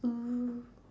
mm